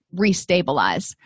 restabilize